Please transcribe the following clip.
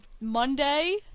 Monday